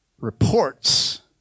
Reports